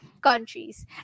countries